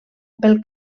pel